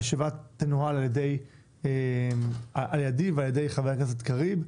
הישיבה תנוהל על ידי ועל ידי חבר הכנסת קריב.